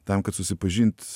tam kad susipažint